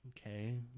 Okay